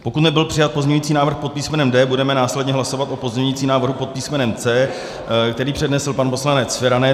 Pokud nebyl přijat pozměňující návrh pod písmenem D, budeme následně hlasovat o pozměňujícím návrhu pod písmenem C, který přednesl pan poslanec Feranec.